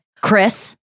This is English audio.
chris